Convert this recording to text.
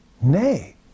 nay